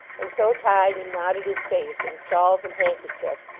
and so tied and knotted his face in shawls and handkerchiefs,